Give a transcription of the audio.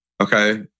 Okay